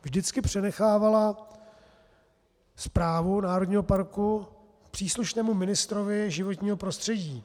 Vždycky přenechávala správu národního parku příslušnému ministrovi životního prostředí.